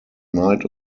night